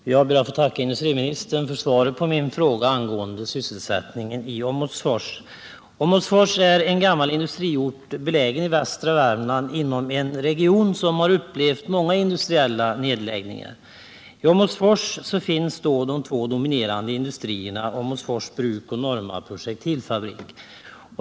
Herr talman! Jag tackar industriministern för svaret på min fråga angående sysselsättningen i Åmotfors. Åmotfors är en gammal industriort belägen i västra Värmland inom en region som upplevt många industriella nedläggningar. I Åmotfors finns två dominerande industrier, nämligen Åmotfors Bruk och Norma Projektilfabrik.